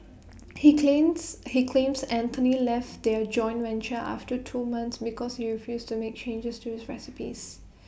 he claims he claims Anthony left their joint venture after two months because you refused to make changes to his recipes